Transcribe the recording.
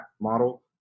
model